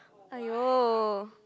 !aiyo!